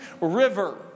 River